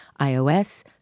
iOS